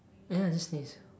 ya just sneeze